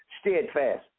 steadfast